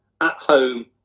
at-home